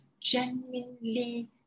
genuinely